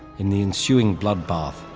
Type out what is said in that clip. in the ensuing bloodbath,